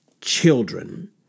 children